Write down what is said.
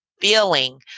feeling